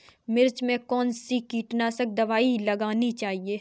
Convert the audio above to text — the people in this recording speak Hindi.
मिर्च में कौन सी कीटनाशक दबाई लगानी चाहिए?